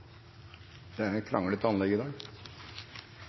Det er kranglete anlegg i dag.